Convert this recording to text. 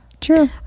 True